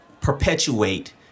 perpetuate